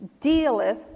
dealeth